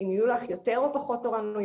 אם יהיו לך יותר או פחות תורניות,